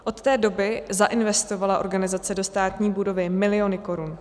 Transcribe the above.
Od té doby zainvestovala organizace do státní budovy miliony korun.